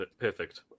Perfect